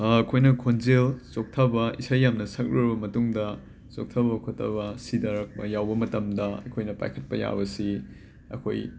ꯑꯩꯈꯣꯏꯅ ꯈꯣꯟꯖꯦꯜ ꯆꯣꯛꯊꯕ ꯏꯁꯩ ꯌꯥꯝꯅ ꯁꯛꯂꯨꯔꯕ ꯃꯇꯨꯡꯗ ꯆꯣꯛꯊꯕ ꯈꯣꯠꯊꯕ ꯁꯤꯗꯔꯛꯄ ꯌꯥꯎꯕ ꯃꯇꯝꯗ ꯑꯩꯈꯣꯏꯅ ꯄꯥꯏꯈꯠꯄ ꯌꯥꯕꯁꯤ ꯑꯩꯈꯣꯏ